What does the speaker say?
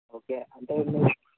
okay అంటే మీరు